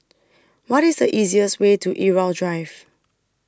What IS The easiest Way to Irau Drive